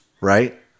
right